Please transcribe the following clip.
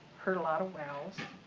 hurt a lot of wells,